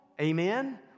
Amen